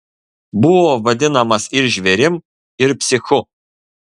buvo vadinamas ir žvėrim ir psichu